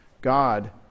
God